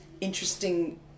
interesting